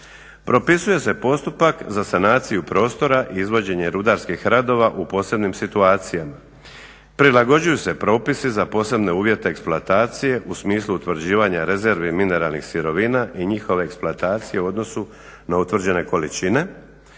propisuje se postupak za sanaciju prostora i izvođenje rudarskih radova u posebnim situacijama. Prilagođuju se propisi za posebne uvjete eksploatacije u smislu utvrđivanja rezervi mineralnih sirovina i njihove eksploatacije u odnosu na utvrđene količine